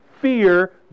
fear